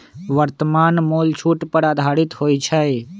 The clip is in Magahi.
वर्तमान मोल छूट पर आधारित होइ छइ